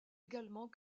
également